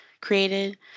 created